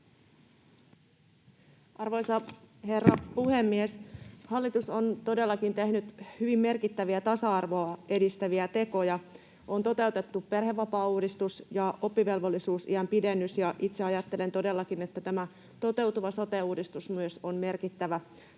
Arvoisa herra puhemies! Hallitus on todellakin tehnyt hyvin merkittäviä tasa-arvoa edistäviä tekoja. On toteutettu perhevapaauudistus ja oppivelvollisuusiän pidennys, ja itse ajattelen todellakin, että tämä toteutuva sote-uudistus on myös merkittävä tasa-arvoteko